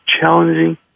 challenging